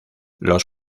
los